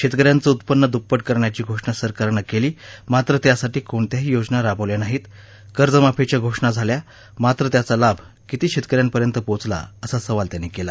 शेतकऱ्यांचं उत्पन्न दुप्पट करण्याची घोषणा सरकारनं केली मात्र त्यासाठी कोणत्याही योजना राबवल्या नाहीत कर्जमाफीच्या घोषणा झाल्या मात्र त्याचा लाभ किती शेतकऱ्यांपर्यंत पोचला असा सवाल त्यांनी केला